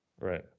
Right